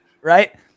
right